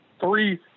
three